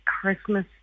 Christmas